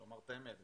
לומר את האמת,